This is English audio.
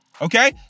okay